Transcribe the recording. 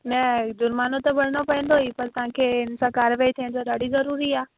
न जुर्मानो त भरिणो पवंदो ई पर तव्हांखे हिन सां कार्यवाही थियण त ॾाढी ज़रूरी आहे